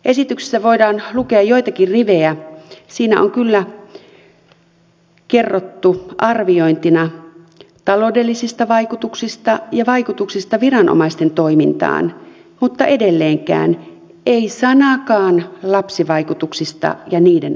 esityksestä voidaan lukea joitakin rivejä siinä on kyllä kerrottu arviointina taloudellisista vaikutuksista ja vaikutuksista viranomaisten toimintaan mutta edelleenkään ei sanaakaan lapsivaikutuksista ja niiden arvioinnista